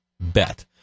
bet